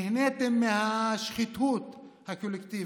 נהניתם מהשחיתות הקולקטיבית,